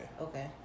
Okay